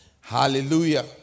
Hallelujah